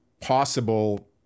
possible